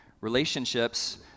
Relationships